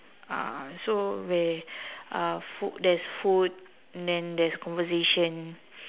um so where uh food there's food and then there's conversation